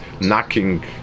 knocking